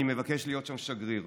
אני מבקש להיות שם שגריר.